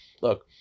Look